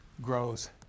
grows